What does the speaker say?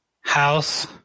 house